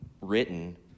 written